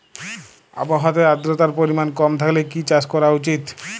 আবহাওয়াতে আদ্রতার পরিমাণ কম থাকলে কি চাষ করা উচিৎ?